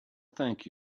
thank